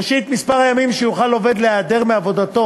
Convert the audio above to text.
ראשית, מספר הימים שיוכל עובד להיעדר מעבודתו